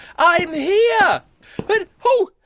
i am here! but oh,